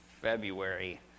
February